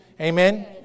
Amen